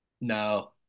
No